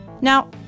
Now